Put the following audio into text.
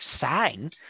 sign